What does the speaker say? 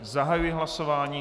Zahajuji hlasování.